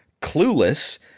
Clueless